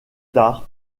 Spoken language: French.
tard